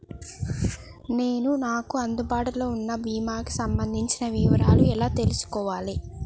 నేను నాకు అందుబాటులో ఉన్న బీమా కి సంబంధించిన వివరాలు ఎలా తెలుసుకోవాలి?